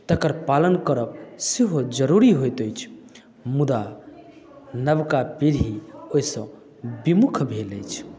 तकर पालन करब सेहो जरूरी होइत अछि मुदा नवका पीढ़ी ओहिसँ विमुख भेल अछि